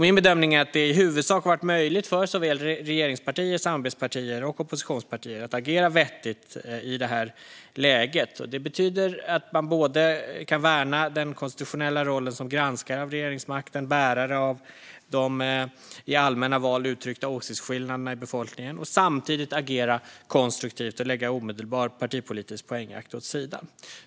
Min bedömning är att det i huvudsak varit möjligt för såväl regeringspartier och samarbetspartier som oppositionspartier att agera vettigt i det här läget. Det betyder att både värna den konstitutionella rollen som granskare av regeringsmakten och bärare av de i allmänna val uttryckta åsiktsskillnaderna i befolkningen och samtidigt agera konstruktivt och lägga omedelbar partipolitisk poängjakt åt sidan.